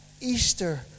Easter